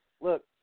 Look